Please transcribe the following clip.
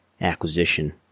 acquisition